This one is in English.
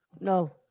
No